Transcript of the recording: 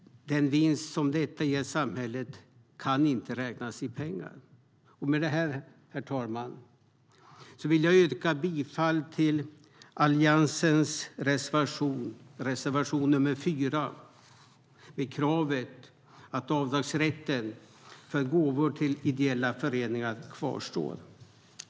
Den vinst som detta ger samhället kan inte räknas i pengar.